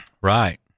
Right